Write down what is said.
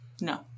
No